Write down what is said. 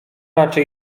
raczej